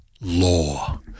Law